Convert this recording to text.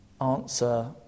Answer